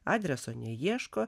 adreso neieško